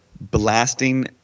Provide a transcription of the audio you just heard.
blasting